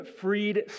freed